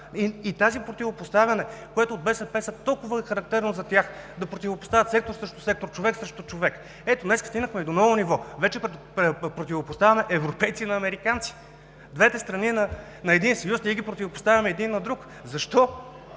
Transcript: Това противопоставяне е толкова характерно за БСП – да противопоставят сектор срещу сектор, човек срещу човек. Ето, днес стигнахме до ново ниво – вече противопоставяме европейци на американци, двете страни на един съюз ние ги противопоставяме един на друг. Защо?